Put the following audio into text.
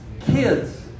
kids